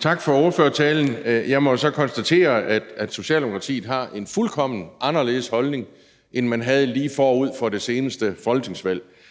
Tak for ordførertalen. Jeg må så konstatere, at Socialdemokratiet har en fuldkommen anderledes holdning, end man havde lige forud for det seneste folketingsvalg.